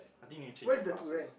I think you need to change your glasses